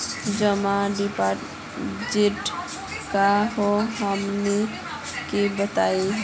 जमा डिपोजिट का हे हमनी के बताई?